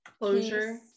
closure